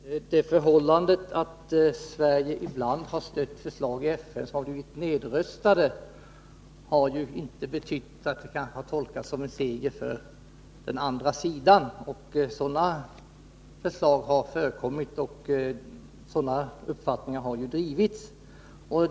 Fru talman! Det förhållandet att Sverige ibland i FN har stött förslag som blivit nedröstade har ju inte betytt att besluten tolkats som en seger för den andra sidan. Sådana förslag har förekommit, och sådana uppfattningar har drivits.